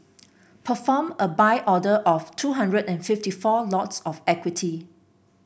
perform a Buy order of two hundred and fifty four lots of equity